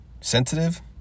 sensitive